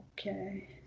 Okay